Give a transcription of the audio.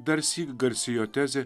darsyk garsi jo tezė